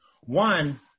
One